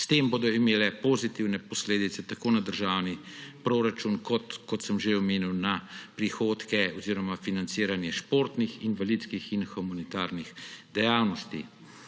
S tem bodo imele pozitivne posledice tako na državni proračun kot, kot sem že omenil, na prihodke oziroma financiranje športnih, invalidskih in humanitarnih dejavnosti.